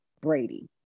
Brady